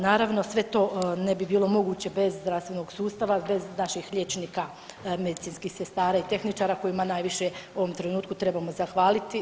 Naravno sve to ne bi bilo moguće bez zdravstvenog sustava, bez naših liječnika, medicinskih sestara i tehničara kojima najviše u ovom trenutku trebamo zahvaliti.